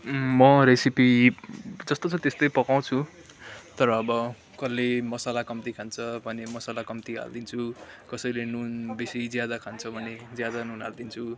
म रेसिपी जस्तो छ त्यस्तै पकाउँछु तर अब कसले मसाला कम्ती खान्छ भने मसाला कम्ती हालिदिन्छु कसैले नुन बेसी ज्यादा खान्छ भने ज्यादा नुन हालिदिन्छु